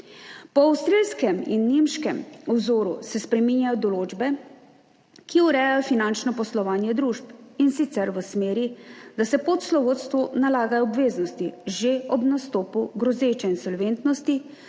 Po avstrijskem in nemškem vzoru se spreminjajo določbe, ki urejajo finančno poslovanje družb, in sicer v smeri, da se poslovodstvu nalagajo obveznosti že ob nastopu grozeče insolventnosti